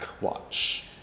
watch